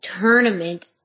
Tournament